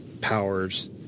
powers